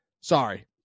Sorry